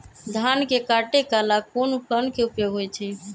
धान के काटे का ला कोंन उपकरण के उपयोग होइ छइ?